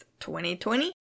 2020